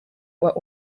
were